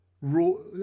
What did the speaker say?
rule